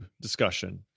discussion